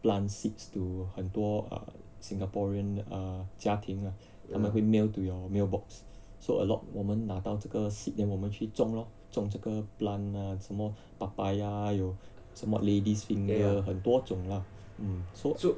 plant seeds to 很多 err singaporean err 家庭啦他们会 mail to your mailbox so a lot 我们拿到这个 seed then 我们去种咯种这个 plant lah 什么 papaya 有什么 lady's finger 很多种啦 hmm so